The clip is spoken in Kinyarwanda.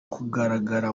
kugaragara